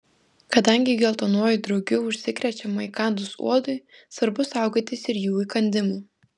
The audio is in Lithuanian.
kadangi geltonuoju drugiu užsikrečiama įkandus uodui svarbu saugotis ir jų įkandimų